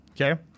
Okay